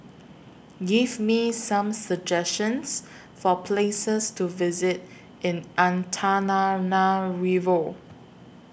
Give Me Some suggestions For Places to visit in Antananarivo